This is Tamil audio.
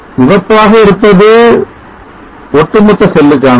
சிவப்பாக இருப்பது ஒட்டுமொத்த செல்லுக்கானது